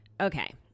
okay